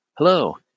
Hello